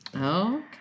Okay